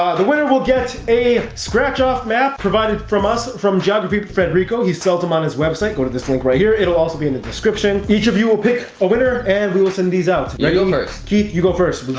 the winner will get a scratch-off map provided from us from javi frederico. he's seldom on his website. go to this link right here it'll also be in the description each of you will pick a winner and we will send these out no mercy, keith you go first.